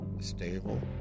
stable